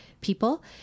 people